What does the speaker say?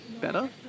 better